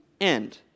end